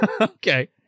Okay